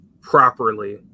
properly